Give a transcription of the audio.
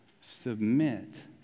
submit